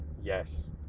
Yes